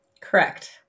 Correct